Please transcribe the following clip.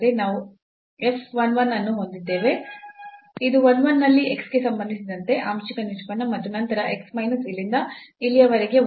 ನಾವು f 1 1 ಅನ್ನು ಹೊಂದಿದ್ದೇವೆ ಇದು 1 1 ನಲ್ಲಿ x ಗೆ ಸಂಬಂಧಿಸಿದಂತೆ ಆಂಶಿಕ ನಿಷ್ಪನ್ನ ಮತ್ತು ನಂತರ x ಮೈನಸ್ ಇಲ್ಲಿಂದ ಇಲ್ಲಿಯ ವರೆಗೆ 1